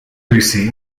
lucy